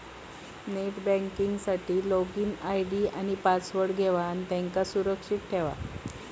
net banking साठी login ID आणि password घेवा आणि त्यांका सुरक्षित ठेवा